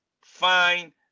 fine